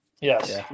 Yes